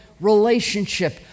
relationship